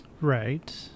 Right